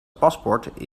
paspoort